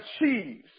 achieves